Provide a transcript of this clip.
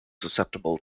susceptible